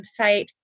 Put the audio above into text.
website